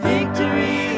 Victory